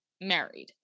married